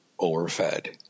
overfed